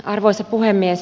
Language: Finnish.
arvoisa puhemies